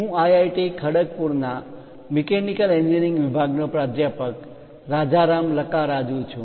હું આઈઆઈટી ખડગપુર ના mechanical engineering વિભાગ નો પ્રાધ્યાપક રાજારામ લકારાજુ છું